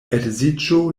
edziĝo